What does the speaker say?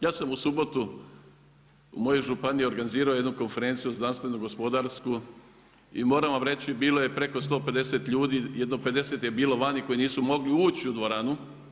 Ja sam u subotu u mojoj županiji organizirao jednu konferenciju, znanstvenu gospodarsku i moram vam reći, bilo je preko 150 ljudi, jedno 5 je bilo vani koji nisu mogli ući u dvoranu.